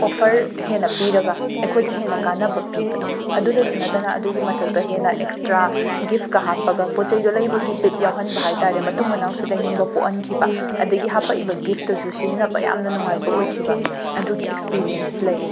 offer ꯍꯦꯟꯅ ꯄꯤꯔꯒ ꯑꯩꯈꯣꯏꯗ ꯍꯦꯟꯅ ꯀꯥꯟꯅꯕ ꯄꯤꯕꯗꯣ ꯑꯗꯨꯗꯁꯨ ꯅꯇꯅ ꯑꯗꯨꯒꯤ ꯃꯇꯛꯇ ꯍꯦꯟꯅ ꯑꯦꯛꯁꯇ꯭ꯔꯥ ꯒꯤꯐꯀ ꯍꯥꯞꯄꯒ ꯄꯣ ꯆꯩꯗꯣ ꯂꯩꯕꯒꯤ ꯕꯤꯠ ꯌꯥꯎꯍꯟꯕ ꯍꯥꯏ ꯇꯥꯔꯦ ꯃꯇꯨꯡ ꯃꯅꯥꯎꯁꯨ ꯂꯩꯅꯤꯡꯕ ꯄꯣꯑꯟꯈꯤꯕ ꯑꯗꯒꯤ ꯍꯥꯄꯏꯕ ꯒꯤꯐꯇꯨꯁꯨ ꯁꯤꯖꯟꯅꯕ ꯌꯥꯝꯅ ꯅꯨꯡꯉꯥꯏꯕ ꯑꯣꯏꯈꯤꯕ ꯑꯗꯨꯒꯤ ꯑꯦꯛꯁꯄꯤꯔꯤꯌꯦꯟꯁ ꯂꯩꯌꯦ